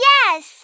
Yes